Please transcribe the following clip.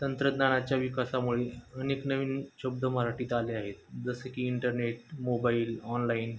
तंत्रज्ञानाच्या विकासामुळे अनेक नवीन शब्द मराठीत आले आहेत जसे की इंटरनेट मोबाईल ऑनलाईन